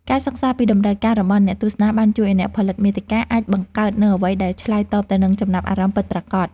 ការសិក្សាពីតម្រូវការរបស់អ្នកទស្សនាបានជួយឱ្យអ្នកផលិតមាតិកាអាចបង្កើតនូវអ្វីដែលឆ្លើយតបទៅនឹងចំណាប់អារម្មណ៍ពិតប្រាកដ។